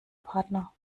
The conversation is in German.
partner